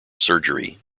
surgery